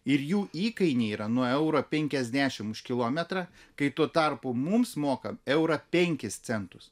ir jų įkainiai yra nuo euro penkiasdešimt už kilometrą kai tuo tarpu mums moka eurą penkis centus